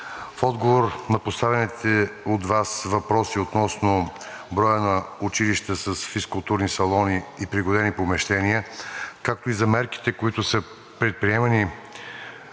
В отговор на поставените от Вас въпроси относно броят на училищата с физкултурни салони и пригодени помещения, както и за мерките, които са предприемани